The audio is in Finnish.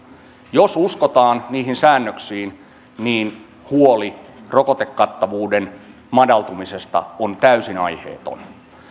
jos uskotaan niihin säännöksiin niin huoli rokotekattavuuden madaltumisesta on täysin aiheeton